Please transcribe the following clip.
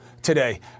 today